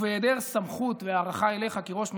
ובהיעדר סמכות והערכה אליך כראש הממשלה,